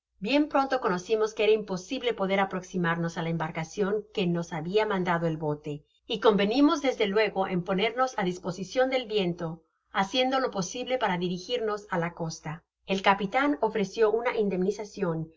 bien pronto conocimos que era imposible poder aproximarnos á a embarcacion que nos habia mandado el bote y convenimos desde luego en ponernos á disposicion del viente haciendo lo posible para dirigirnos á la costa el capitan ofreció una indemnizacion per